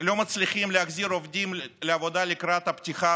כמה מסעדנים אשר לא מצליחים להחזיר עובדים לעבודה לקראת הפתיחה,